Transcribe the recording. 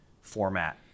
format